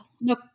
No